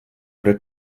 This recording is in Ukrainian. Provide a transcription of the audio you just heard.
при